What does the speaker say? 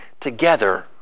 together